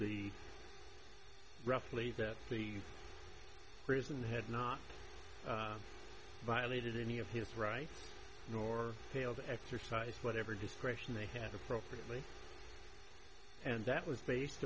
the roughly that the prison had not violated any of his rights nor failed exercise whatever discretion they had appropriately and that was based